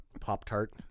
Pop-Tart